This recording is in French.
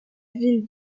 ville